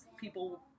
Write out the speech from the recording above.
people